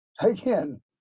again